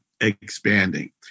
expanding